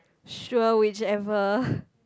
sure whichever